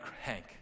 Hank